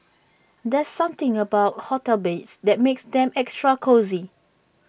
there's something about hotel beds that makes them extra cosy